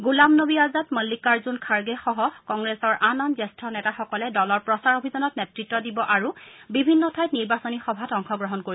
গোলাম নবী আজাদ মল্লিকাৰ্জুন খাৰ্গেসহ কংগ্ৰেছৰ আন আন জ্যেষ্ঠ নেতাসকলে দলৰ প্ৰচাৰ অভিযানত নেতৃত দিব আৰু বিভিন্ন ঠাইত নিৰ্বাচনী সভাত অংশগ্ৰহণ কৰিব